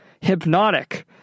Hypnotic